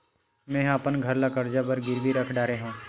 मेहा अपन घर ला कर्जा बर गिरवी रख डरे हव